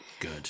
good